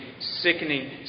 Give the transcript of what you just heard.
sickening